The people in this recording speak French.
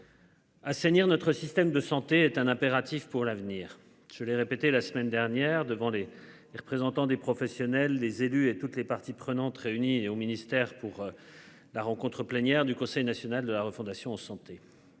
Assainir notre système de santé est un impératif pour l'avenir. Je l'ai répété la semaine dernière devant les représentants des professionnels, les élus et toutes les parties prenantes réunis et au ministère pour. La rencontre plénière du Conseil national de la refondation, santé.